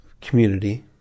community